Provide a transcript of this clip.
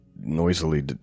noisily